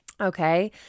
Okay